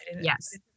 Yes